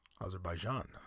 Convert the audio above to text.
Azerbaijan